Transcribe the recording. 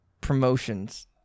promotions